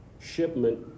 shipment